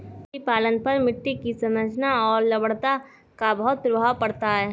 मछली पालन पर मिट्टी की संरचना और लवणता का बहुत प्रभाव पड़ता है